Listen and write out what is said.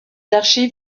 archives